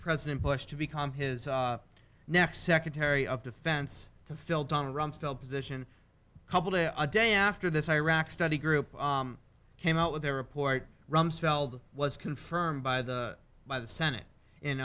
president bush to become his next secretary of defense to fill don rumsfeld position a day after this iraq study group came out with their report rumsfeld was confirmed by the by the senate